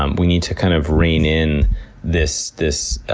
um we need to kind of rein in this this